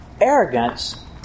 Arrogance